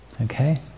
Okay